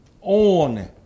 on